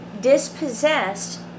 dispossessed